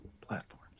platforms